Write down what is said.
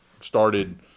started